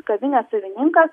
kavinės savininkas